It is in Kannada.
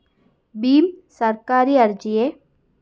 ಭೀಮ್ ಸರ್ಕಾರಿ ಅರ್ಜಿಯೇ?